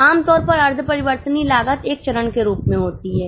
आमतौर पर अर्ध परिवर्तनीय लागत एक चरण के रूप में होती है